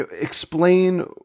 explain